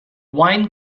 wine